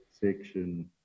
section